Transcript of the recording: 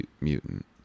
mutant